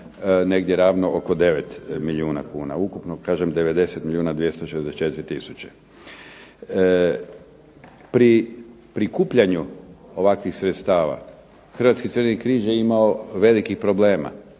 negdje ravno oko 9 milijuna kuna, ukupno kažem 90 milijuna 264 tisuće. Pri prikupljanju ovakvih sredstava Hrvatski crveni križ je imao velikih problema,